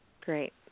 Great